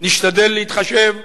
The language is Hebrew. נשתדל להתחשב,